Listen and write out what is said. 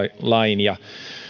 lain ja